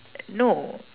no